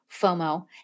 FOMO